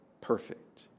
perfect